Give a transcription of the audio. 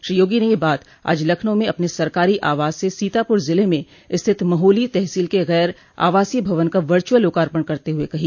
श्री योगी ने यह बात आज लखनऊ में अपने सरकारी आवास से सीतापुर ज़िले में स्थित महोली तहसील के गैर आवासीय भवन का वर्च्अल लोकर्पण करते हुए कही